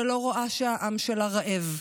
שלא רואה שהעם שלה רעב,